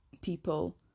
people